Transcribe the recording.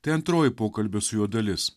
tai antroji pokalbio su juo dalis